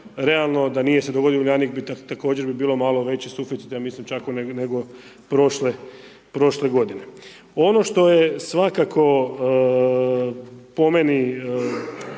realno da nije se dogodio Uljanik, također bi bio malo veći suficit, ja mislim čak, nego prošle g. Ono što je svakako po meni,